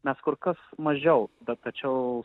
mes kur kas mažiau bet tačiau